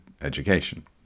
education